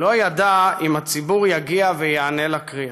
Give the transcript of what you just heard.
הוא לא ידע אם הציבור יגיע וייענה לקריאה.